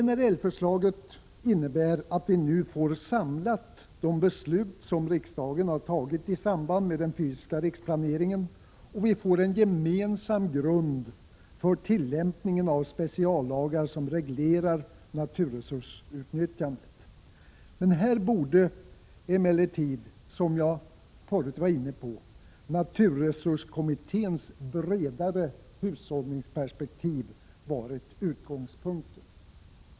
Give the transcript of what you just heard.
NRL-förslaget innebär att vi nu får de beslut som riksdagen tagit i samband med den fysiska riksplaneringen samlade, och vi får en gemensam grund för 130 tillämpningen av speciallagar som reglerar naturresursutnyttjandet. Här borde emellertid, som jag förut var inne på, naturresurskommitténs bredare hushållningsperspektiv ha varit utgångspunkten.